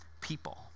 people